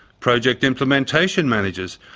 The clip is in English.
project implementation managers,